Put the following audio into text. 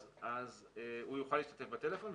אז הוא יוכל להשתתף בטלפון,